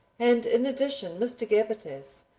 and in addition mr. gabbitas,